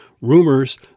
rumors